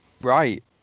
right